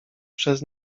przez